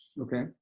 Okay